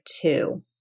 two